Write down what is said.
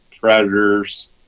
predators